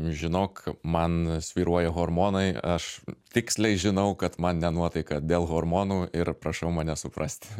žinok man svyruoja hormonai aš tiksliai žinau kad man ne nuotaika dėl hormonų ir prašau mane suprasti